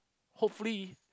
hopefully